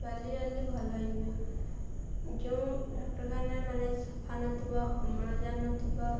ଜଲ୍ଦି ଜଲ୍ଦି ଭଲ ହେଇଯିବେ ଯେଉଁ ଡାକ୍ତରଖାନା ମାନେ ସଫା ନଥିବ ଅମ୍ଳଜାନ ନଥିବ